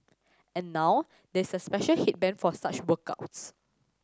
and now there is a special headband for such workouts